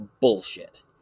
bullshit